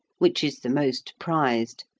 which is the most prized,